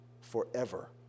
forever